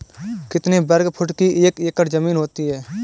कितने वर्ग फुट की एक एकड़ ज़मीन होती है?